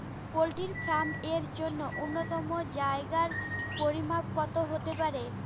Poultry farm এর জন্য নূন্যতম জায়গার পরিমাপ কত হতে পারে?